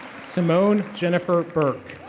simone jennifer burke.